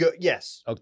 Yes